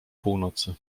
północy